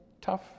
tough